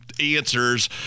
answers